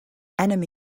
enemy